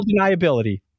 deniability